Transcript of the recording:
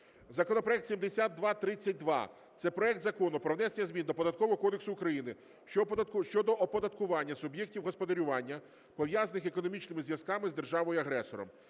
Законопроект 7232. Це проект Закону про внесення змін до Податкового кодексу України щодо оподаткування суб‘єктів господарювання, пов’язаних економічними зв’язками з державою-агресором.